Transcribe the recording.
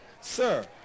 Sir